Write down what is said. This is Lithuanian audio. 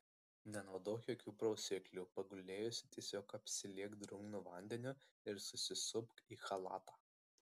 nenaudok jokių prausiklių pagulėjusi tiesiog apsiliek drungnu vandeniu ir susisupk į chalatą